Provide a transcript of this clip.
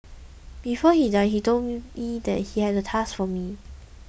before he died he told me that he had a task for me